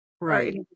Right